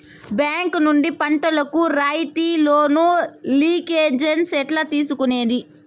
Bank నుండి పంటలు కు రాయితీ లోను, లింకేజస్ ఎట్లా తీసుకొనేది?